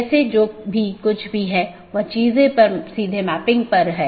BGP AS के भीतर कार्यरत IGP को प्रतिस्थापित नहीं करता है